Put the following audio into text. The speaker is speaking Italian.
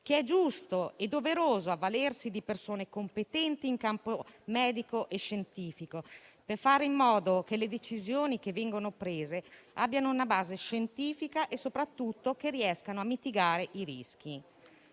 che è giusto e doveroso avvalersi di persone competenti in campo medico e scientifico, per fare in modo che le decisioni prese abbiano una base scientifica e soprattutto riescano a mitigare i rischi.